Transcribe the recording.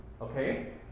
Okay